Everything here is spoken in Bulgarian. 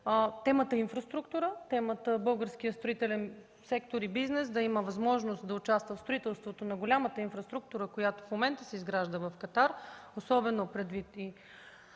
темата инфраструктура, българският строителен сектор и бизнес да има възможност да участват в строителството на голямата инфраструктура, която в момента се изгражда в Катар, особено предвид